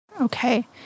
Okay